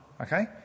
okay